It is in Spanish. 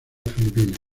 filipina